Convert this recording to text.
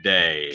Day